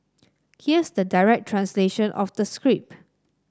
here's the direct translation of the script